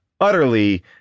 utterly